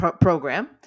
program